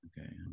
Okay